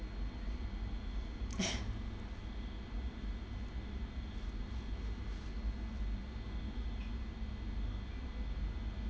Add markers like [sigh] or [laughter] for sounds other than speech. [laughs]